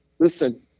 listen